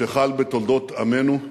שחל בתולדות עמנו,